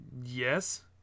Yes